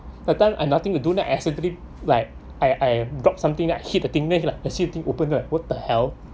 that time I nothing to do then I accidentally like I I dropped something then I hit the thing lah a shifting open right what the hell